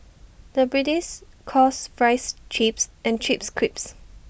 the calls Fries Chips and Chips Crisps